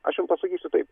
aš jum pasakysiu taip